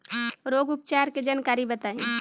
रोग उपचार के जानकारी बताई?